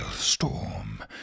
storm